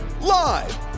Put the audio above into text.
Live